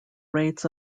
rates